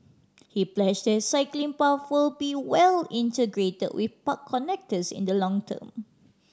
he pledged that cycling path be well integrate with park connectors in the long term